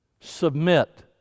Submit